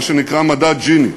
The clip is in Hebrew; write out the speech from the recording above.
מה שנקרא מדד ג'יני.